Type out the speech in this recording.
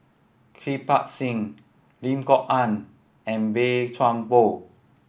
Kirpal Singh Lim Kok Ann and Boey Chuan Poh